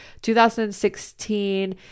2016